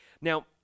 Now